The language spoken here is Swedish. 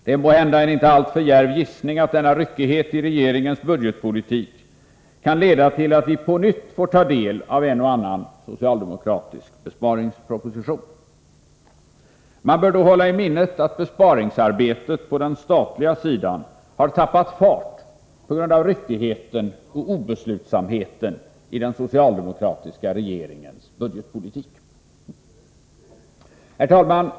Det är måhända inte en alltför djärv gissning att denna ryckighet i regeringens budgetpolitik kan leda till att vi på nytt får ta del av en och annan socialdemokratisk besparingsproposition. Man bör då hålla i minnet att besparingsarbetet på den statliga sidan har tappat fart på grund av ryckigheten och obeslutsamheten i den socialdemokratiska regeringens budgetpolitik.